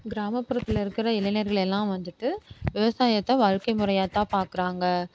கிராமப்புறத்தில் இருக்கிற இளைஞர்களெல்லாம் வந்துட்டு விவசாயத்தை வாழ்க்கை முறையாகத் தான் பார்க்கறாங்க